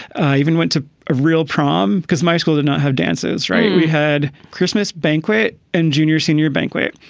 i even went to a real prom because my school did not have dances. right. we had christmas banquet and junior senior banquet,